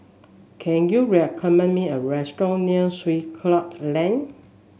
can you recommend me a restaurant near Swiss Club Lane